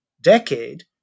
decade